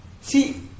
see